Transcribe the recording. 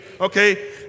Okay